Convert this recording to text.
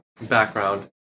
background